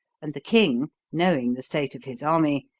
and the king, knowing the state of his army,